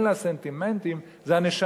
אין לה סנטימנטים, זו הנשמה.